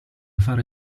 fare